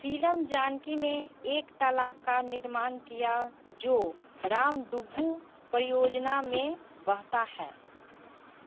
सीलम जानकी ने एक तालाब का निर्माण किया जो रामडुगु परियोजना में बहता है